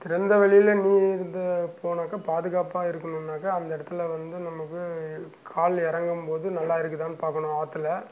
திறந்த வெளியில் நீர் இருந்து போனாக்கால் பாதுகாப்பாக இருக்கணுனாக்கால் அந்த இடத்துல வந்து நமக்கு கால் இறங்கும் போது நல்லா இருக்குதான்னு பார்க்கணும் ஆற்றுல